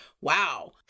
wow